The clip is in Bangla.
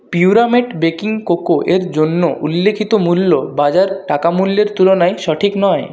পিউরামেট বেকিং কোকো এর জন্য উল্লিখিত মূল্য বাজার টাকা মূল্যের তুলনায় সঠিক নয়